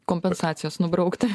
kompensacijos nubraukti